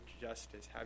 justice